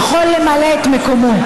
יכול למלא את מקומו.